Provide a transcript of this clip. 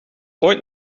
ooit